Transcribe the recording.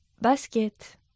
Basket